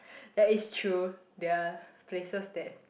that is true there are places that